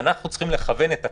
אנחנו צריכים לכוון את הטקסט,